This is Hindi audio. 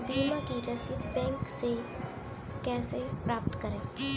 बीमा की रसीद बैंक से कैसे प्राप्त करें?